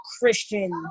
Christian